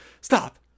Stop